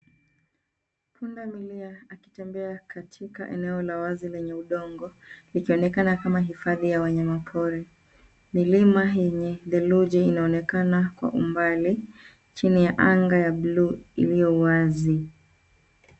Punda milia akitembea katika eneo la wazi lenye udongo likionekana kama hifadhi ya wanyamapori. Milima yenye theluji inaonekana kwa umbali chini ya anga ya buluu iliowazi.